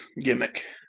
gimmick